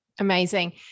Amazing